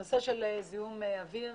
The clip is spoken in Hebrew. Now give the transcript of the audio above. נושא של זיהום אוויר,